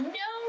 no